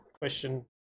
question